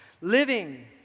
Living